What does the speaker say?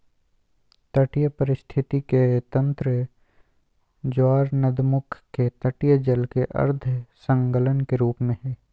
तटीय पारिस्थिति के तंत्र ज्वारनदमुख के तटीय जल के अर्ध संलग्न के रूप में हइ